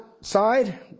side